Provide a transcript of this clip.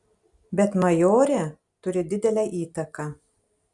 bet majorė turi didelę įtaką